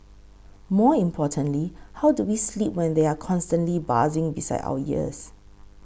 more importantly how do we sleep when they are constantly buzzing beside our ears